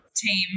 team